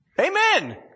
Amen